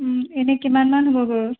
এনেই কিমান মান হ'ব বাৰু